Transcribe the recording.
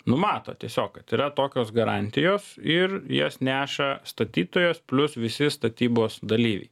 numato tiesiog kad yra tokios garantijos ir jas neša statytojas plius visi statybos dalyviai